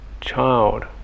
child